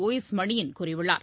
ஒ எஸ் மணியன் கூறியுள்ளார்